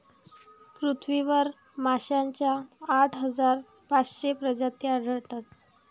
पृथ्वीवर माशांच्या आठ हजार पाचशे प्रजाती आढळतात